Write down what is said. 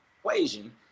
equation